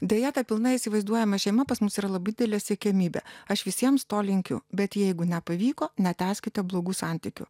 deja ta pilna įsivaizduojama šeima pas mus yra labai didelė siekiamybė aš visiems to linkiu bet jeigu nepavyko netęskite blogų santykių